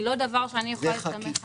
היא לא דבר שאני יכולה להסתמך עליו.